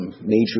major